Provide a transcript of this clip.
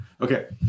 Okay